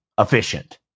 efficient